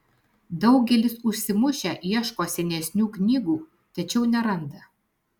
daugelis užsimušę ieško senesnių knygų tačiau neranda